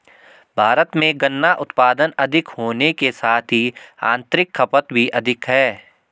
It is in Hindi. भारत में गन्ना उत्पादन अधिक होने के साथ ही आतंरिक खपत भी अधिक है